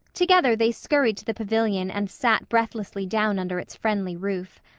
together they scurried to the pavilion and sat breathlessly down under its friendly roof.